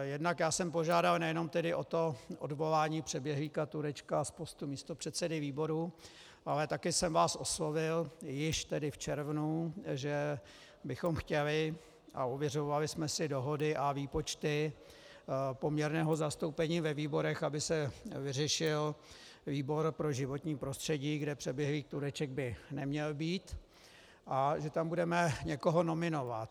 jednak já jsem požádal nejenom o to odvolání přeběhlíka Turečka z postu místopředsedy výboru, ale taky jsem vás oslovil již v červnu, že bychom chtěli, a ověřovali jsme si dohody a výpočty poměrného zastoupení ve výborech, aby se vyřešil výbor pro životní prostředí, kde přeběhlík Tureček by neměl být, a že tam budeme někoho nominovat.